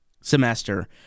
semester